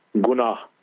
guna